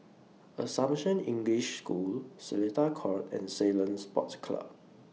Assumption English School Seletar Court and Ceylon Sports Club